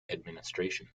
administration